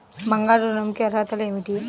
బంగారు ఋణం కి అర్హతలు ఏమిటీ?